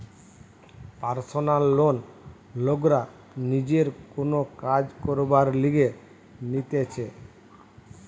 personal loan লোকরা নিজের কোন কাজ করবার লিগে নিতেছে